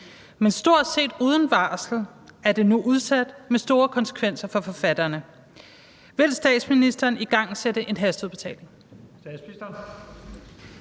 men stort set uden varsel er det nu udsat med store konsekvenser for forfatterne. Vil statsministeren igangsætte en hasteudbetaling?